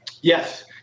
Yes